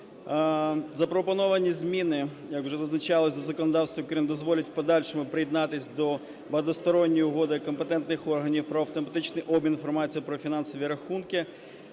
Запропоновані зміни, вже зазначалось, до законодавства, які дозволять в подальшому приєднатися до багатостороннього угоди компетентних органів про автоматичний обмін інформацією про фінансові рахунки